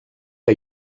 que